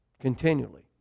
continually